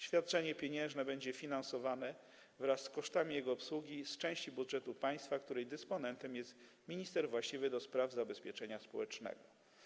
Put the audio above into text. Świadczenie pieniężne będzie finansowane wraz z kosztami jego obsługi z części budżetu państwa, której dysponentem jest minister właściwy do spraw zabezpieczenia społecznego.